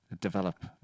develop